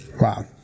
Wow